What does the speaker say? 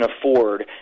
afford